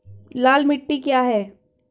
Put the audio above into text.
लाल मिट्टी क्या है?